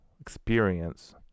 experience